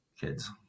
kids